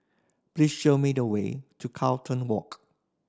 please show me the way to Carlton Walk